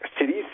cities